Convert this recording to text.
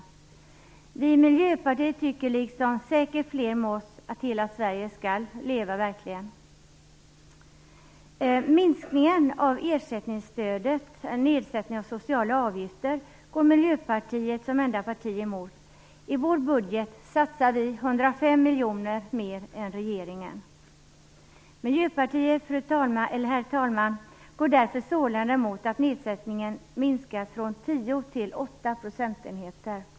Vi i Miljöpartiet, och säkert fler med oss, tycker verkligen att hela Sverige skall leva. Miljöpartiet är det enda parti som går emot när det gäller ersättningen för nedsättning av socialavgifter. I vår budget satsar vi 105 miljoner kronor mer än regeringen. Miljöpartiet är således emot att ersättningen minskas från 10 till 8 procentenheter.